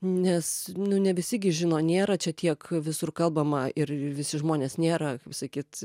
nes nu ne visi gi žino nėra čia tiek visur kalbama ir visi žmonės nėra kaip sakyt